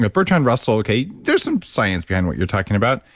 but bertrand russell, okay, there's some science behind what you're talking about.